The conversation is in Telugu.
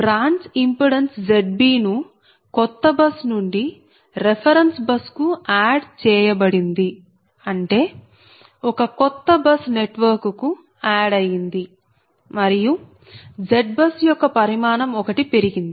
బ్రాంచ్ ఇంపిడెన్స్ Zb ను కొత్త బస్ నుండి రెఫెరెన్స్ బస్ కు ఆడ్ add చేర్చ చేయబడింది అంటే ఒక కొత్త బస్ నెట్వర్క్ కు ఆడ్ అయ్యింది మరియు ZBUS యొక్క పరిమాణం ఒకటి పెరిగింది